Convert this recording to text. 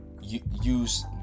use